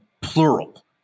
plural